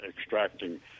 extracting